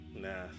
Nah